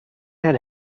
had